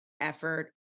effort